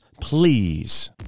please